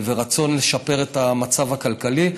ורצון לשפר את המצב הכלכלי,